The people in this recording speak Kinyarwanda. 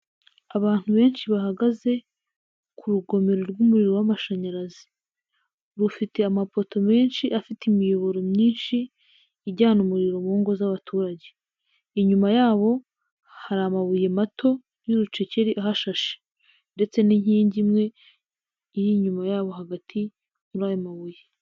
Abantu benshi bahagaze ku urugomero rw'umuriro w'amashanyarazi, rufite amapoto menshi afite imiyoboro myinshi ijyana umuriro mu ngo z'abaturage, inyuma yabo hari amabuye mato y'uruceceri ahashashe ndetse n'inkingi imwe iri inyuma yabo hagati muri ayo mabuye.